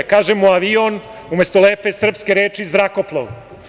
Kažemo avion umesto lepe srpske reči zrakoplov.